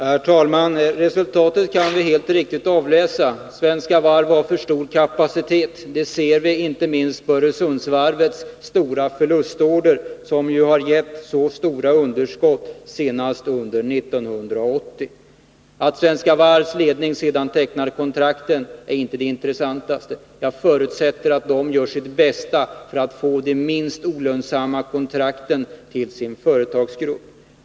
Herr talman! Resultatet kan vi helt riktigt avläsa: Svenska Varv har för stor kapacitet. Det ser vi inte minst på Öresundsvarvets stora förlustorder, som ju har gett så stora underskott, senast under 1980. Att Svenska Varvs ledning sedan tecknar kontrakten är inte det mest intressanta. Jag förutsätter att den gör sitt bästa för att få de minst olönsamma kontrakten till sin företagsgrupp.